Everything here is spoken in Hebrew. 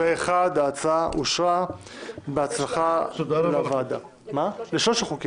הצבעה בעד ההצעה להעביר את הנושאים לוועדה רוב נגד,